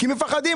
כי מפחדים.